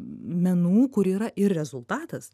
menų kur yra ir rezultatas